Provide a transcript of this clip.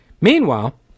meanwhile